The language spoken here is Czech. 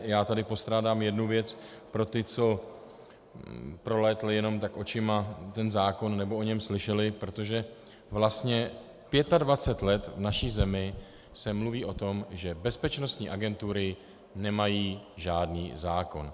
Já tady postrádám jednu věc pro ty, co prolétli jenom tak očima ten zákon nebo o něm slyšeli, protože vlastně 25 let v naší zemi se mluví o tom, že bezpečnostní agentury nemají žádný zákon.